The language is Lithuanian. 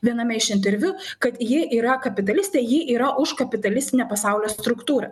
viename iš interviu kad ji yra kapitalistė ji yra už kapitalistinę pasaulio struktūrą